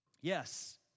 Yes